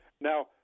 now